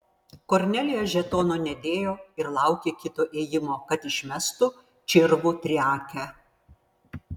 kornelija žetono nedėjo ir laukė kito ėjimo kad išmestų čirvų triakę